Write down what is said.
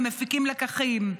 הם מפיקים לקחים.